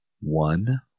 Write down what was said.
one